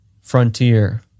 frontier